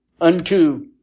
unto